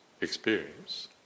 experience